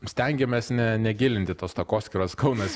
stengiamės ne negilinti tos takoskyros kaunas